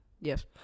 Yes